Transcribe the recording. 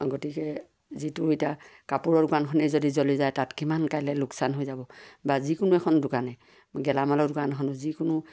গতিকে যিটো এতিয়া কাপোৰৰ দোকানখনেই যদি জ্বলি যায় তাত কিমান কাইলৈ লোকচান হৈ যাব বা যিকোনো এখন দোকানেই গেলামালৰ দোকানখনো যিকোনো